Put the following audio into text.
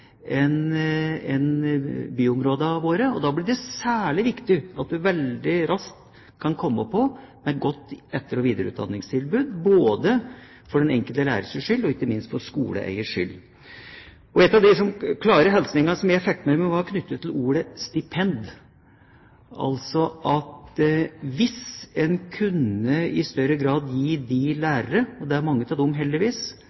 våre må. Da blir det særlig viktig at vi veldig raskt kan komme med et godt etter- og videreutdanningstilbud, både for den enkelte lærers skyld og ikke minst for skoleeiers skyld. En av de klare hilsningene jeg fikk med meg, var knyttet til ordet «stipend», altså hvis en i større grad kunne gi de